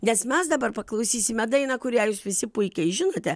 nes mes dabar paklausysime dainą kurią jūs visi puikiai žinote